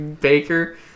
Baker